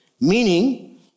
meaning